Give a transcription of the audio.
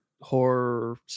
horror